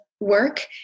work